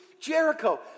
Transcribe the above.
Jericho